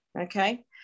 okay